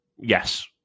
yes